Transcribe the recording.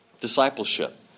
discipleship